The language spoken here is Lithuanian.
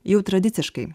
jau tradiciškai